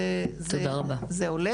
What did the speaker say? זה עולה.